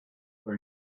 for